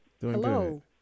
Hello